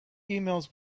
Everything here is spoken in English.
emails